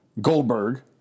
Goldberg